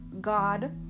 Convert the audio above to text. God